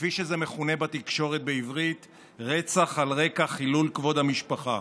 כפי שזה מכונה בתקשורת בעברית "רצח על רקע חילול כבוד המשפחה".